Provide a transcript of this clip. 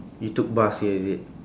you took bus here is it